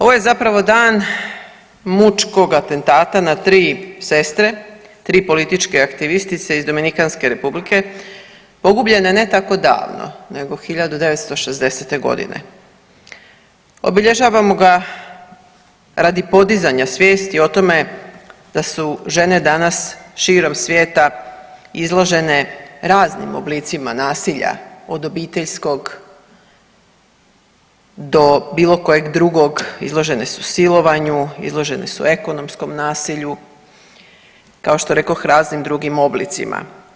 Ovo je zapravo dan mučkog atentata na 3 sestre, 3 političke aktivistice iz Dominikanske Republike pogubljene ne tako davno nego 1960.g., obilježavamo ga radi podizanja svijesti o tome da su žene danas širom svijeta izložene raznim oblicima nasilja, od obiteljskog do bilo kojeg drugog, izložene su silovanju, izložene su ekonomskom nasilju, kao što rekoh raznim drugim oblicima.